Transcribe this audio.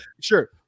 Sure